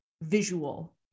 visual